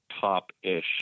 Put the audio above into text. top-ish